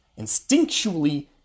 instinctually